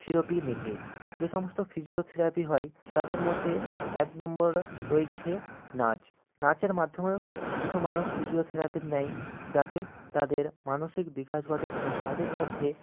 therapy নিতে যে সমস্ত ফিজিওথেরাপি হয় তাদের মধ্যে এক নম্বরে রয়েছে নাচ নাচের মাধ্যমেও কিছু মানুষ ফিজিওথেরাপি নেয় যাতে তাদের মানসিক বিকাশ ঘটে এবং তাদের মধ্যে